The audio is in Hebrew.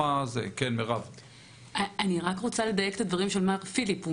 אני רוצה לדייק את הדברים של מר פיליפ.